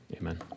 Amen